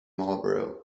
marlborough